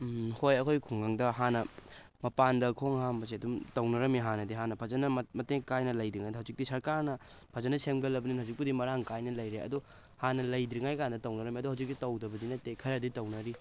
ꯎꯝ ꯍꯣꯏ ꯑꯩꯈꯣꯏ ꯈꯨꯡꯒꯪꯗ ꯍꯥꯟꯅ ꯃꯄꯥꯟꯗ ꯈꯣꯡ ꯍꯥꯝꯕꯁꯦ ꯑꯗꯨꯝ ꯇꯧꯅꯔꯝꯃꯦ ꯍꯥꯟꯅꯗꯤ ꯍꯥꯟꯅ ꯐꯖꯅ ꯃꯇꯤꯛ ꯀꯥꯏꯅ ꯂꯩꯇ꯭ꯔꯤꯉꯩꯗ ꯍꯧꯖꯤꯛꯇꯤ ꯁꯔꯀꯥꯔꯅ ꯐꯖꯅ ꯁꯦꯝꯒꯠꯂꯝꯅꯤꯅ ꯍꯧꯖꯤꯛꯄꯨꯗꯤ ꯃꯔꯥꯡ ꯀꯥꯏꯅ ꯂꯩꯔꯦ ꯑꯗꯨ ꯍꯥꯟꯅ ꯂꯩꯇ꯭ꯔꯤꯉꯩ ꯀꯥꯟꯗ ꯇꯧꯅꯔꯝꯃꯦ ꯑꯗꯨ ꯍꯧꯖꯤꯛꯇꯤ ꯇꯧꯗꯕꯗꯤ ꯅꯠꯇꯦ ꯈꯔꯗꯤ ꯇꯧꯅꯔꯤ